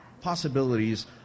possibilities